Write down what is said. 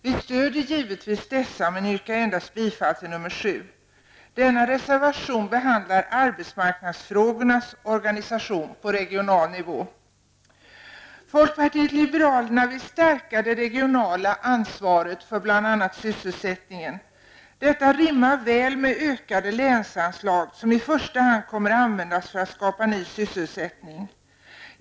Vi stöder givetvis dessa, men yrkar bifall endast till nr 7. Denna reservation behandlar arbetsmarknadsfrågornas organisation på regional nivå. Folkpartiet liberalerna vill stärka det regionala ansvaret för bl.a. sysselsättningen. Detta rimmar väl med ökade länsanslag som i första hand kommar att användas för att skapa ny sysselsättning.